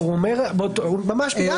ממש ביחד.